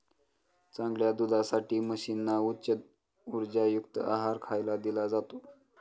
चांगल्या दुधासाठी म्हशींना उच्च उर्जायुक्त आहार खायला दिला जातो